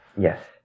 Yes